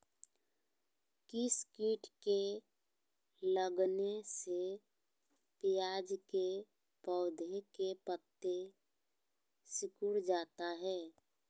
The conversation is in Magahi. किस किट के लगने से प्याज के पौधे के पत्ते सिकुड़ जाता है?